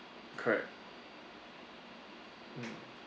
correct mm